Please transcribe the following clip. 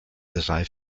drei